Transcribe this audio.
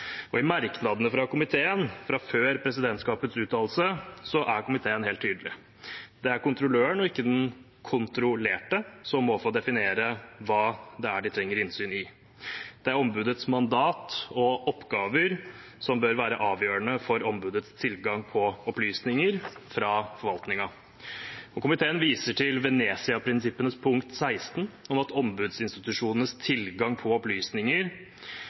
I merknadene fra komiteen fra før presidentskapets uttalelse er komiteen helt tydelig: Det er kontrolløren og ikke den kontrollerte som må få definere hva det er de trenger innsyn i. Det er ombudets mandat og oppgaver som bør være avgjørende for ombudets tilgang på opplysninger fra forvaltningen. Komiteen viser til Venezia-prinsippenes punkt 16, om ombudsinstitusjonenes tilgang på opplysninger,